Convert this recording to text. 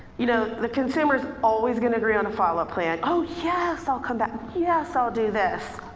you know, the consumer's always gonna agree on a follow up plan, oh, yes i'll come back. yes, i'll do this.